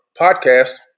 podcast